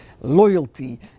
loyalty